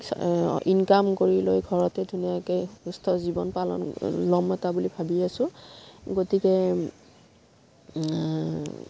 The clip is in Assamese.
ইনকাম কৰি লৈ ঘৰতে ধুনীয়াকে সুস্থ জীৱন পালন ল'ম এটা বুলি ভাবি আছোঁ গতিকে